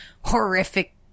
horrific